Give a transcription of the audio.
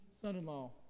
son-in-law